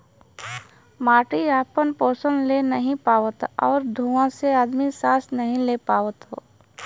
मट्टी आपन पोसन ले नाहीं पावत आउर धुँआ से आदमी सांस नाही ले पावत हौ